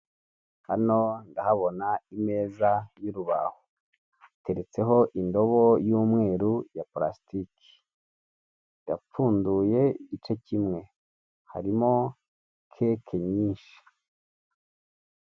Hano ndahabona imeza y'urubaho iteretseho indobo y'umweru ya pulastiki irapfunduye igice kimwe harimo keke nyinshi.